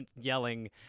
yelling